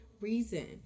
reason